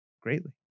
greatly